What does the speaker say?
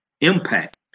impact